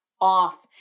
off